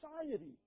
society